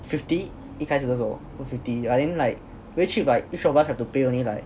fifty 一开始的时候 I think fifty but then like very cheap like each of us only have to pay only like